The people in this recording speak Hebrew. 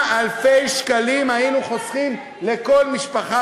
כמה אלפי שקלים היינו חוסכים לכל משפחה